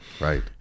Right